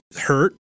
Hurt